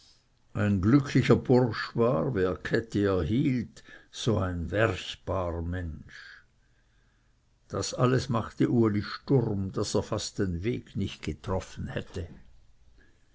ein glücklicher bursch war wer käthi erhielt so ein werchbar mensch das alles machte uli sturm daß er fast den weg nicht getroffen hätte